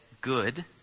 good